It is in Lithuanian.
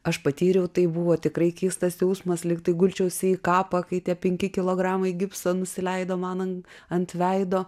aš patyriau tai buvo tikrai keistas jausmas lyg tai gulčiausi į kapą kai tie penki kilogramai gipso nusileido man ant veido